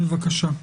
בבקשה.